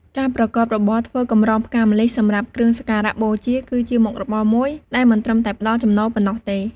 ការប្រកបរបរធ្វើកម្រងផ្កាម្លិះសម្រាប់គ្រឿងសក្ការបូជា គឺជាមុខរបរមួយដែលមិនត្រឹមតែផ្ដល់ចំណូលប៉ុណ្ណោះទេ។